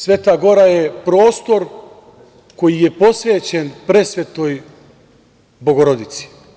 Sveta gora je prostor koji je posvećen presvetoj Bogorodici.